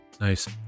Nice